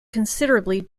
considerably